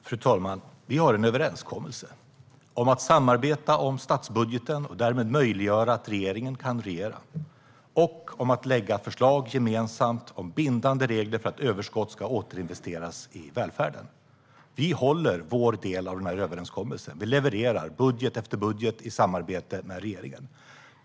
Fru talman! Vi har en överenskommelse om att samarbeta om statsbudgeten och därmed möjliggöra att regeringen kan regera, liksom om att lägga fram förslag gemensamt om bindande regler för att överskott ska återinvesteras i välfärden. Vi håller vår del av denna överenskommelse. Vi levererar, budget efter budget, i samarbete med regeringen.